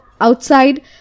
outside